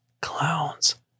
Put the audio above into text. clowns